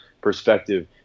perspective